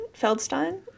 Feldstein